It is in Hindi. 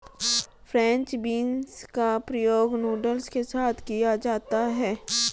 फ्रेंच बींस का प्रयोग नूडल्स के साथ किया जाता है